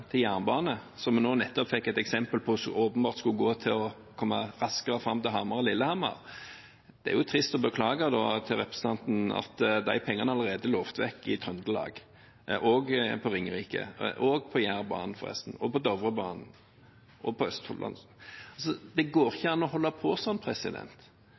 til jernbane, som vi nå nettopp fikk et eksempel på at åpenbart skulle gå til å komme raskere fram til Hamar og Lillehammer, er det jo trist å beklage til representanten at de pengene allerede er lovet vekk i Trøndelag, på Ringerike, på Jærbanen, på Dovrebanen og på Østfoldbanen. Det går ikke an å holde på sånn,